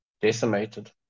decimated